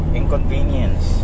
inconvenience